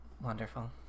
wonderful